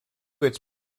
its